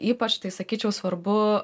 ypač tai sakyčiau svarbu